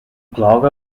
clog